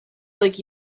like